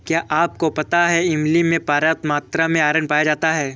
क्या आपको पता है इमली में पर्याप्त मात्रा में आयरन पाया जाता है?